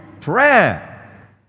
prayer